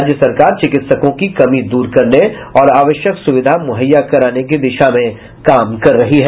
राज्य सरकार चिकित्सकों की कमी दूर करने और आवश्यक सुविधा मुहैया कराने की दिशा में काम कर रही है